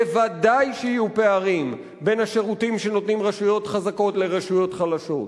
ודאי שיהיו פערים בשירותים שנותנים בין רשויות חזקות לרשויות חלשות.